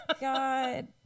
God